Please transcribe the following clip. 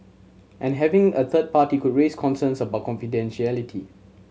and having a third party could raise concerns about confidentiality